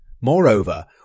Moreover